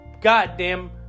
goddamn